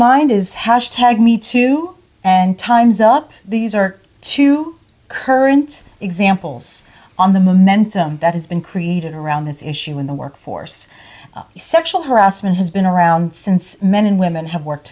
tag me too and time's up these are two current examples on the momentum that has been created around this issue in the workforce sexual harassment has been around since men and women have worked